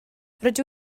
rydw